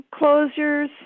closures